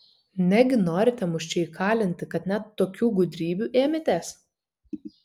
negi norite mus čia įkalinti kad net tokių gudrybių ėmėtės